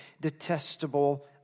detestable